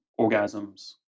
orgasms